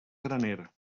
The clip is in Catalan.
graner